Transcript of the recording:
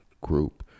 group